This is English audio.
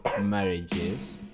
marriages